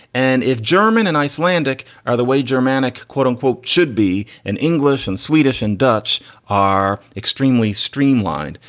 and if german and icelandic are the way germanic, quote unquote should be, an english and swedish and dutch are extremely streamlined.